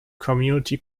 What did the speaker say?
community